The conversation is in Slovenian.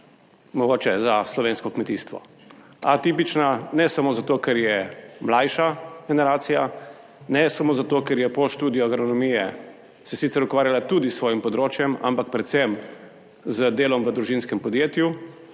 mogoče za slovensko kmetijstvo, a tipična ne samo zato, ker je mlajša generacija, ne samo zato ker je po študiju agronomije se sicer ukvarjala tudi s svojim področjem, ampak predvsem z delom v družinskem podjetju,